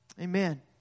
Amen